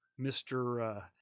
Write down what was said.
Mr